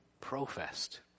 professed